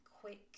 quick